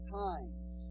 times